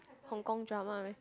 Hong-Kong drama leh